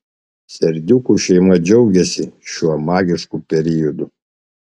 serdiukų šeima džiaugiasi šiuo magišku periodu